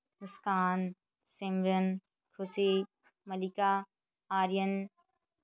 Muskan Simran Khushi Mallika Aryan